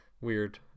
weird